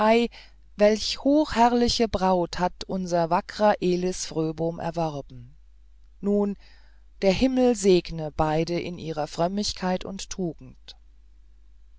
welche hochherrliche braut hat unser wackrer elis fröbom erworben nun der himmel segne beide in ihrer frömmigkeit und tugend